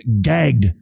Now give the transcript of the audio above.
gagged